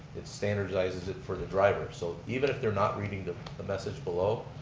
it standardizes it for the driver, so even if they're not reading the the message below,